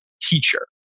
teacher